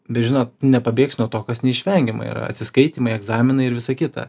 bet žinot nepabėgs nuo to kas neišvengiama yra atsiskaitymai egzaminai ir visa kita